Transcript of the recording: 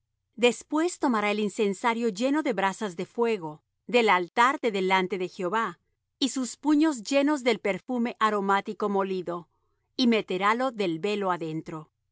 después tomará el incensario lleno de brasas de fuego del altar de delante de jehová y sus puños llenos del perfume aromático molido y meterálo del velo adentro y pondrá el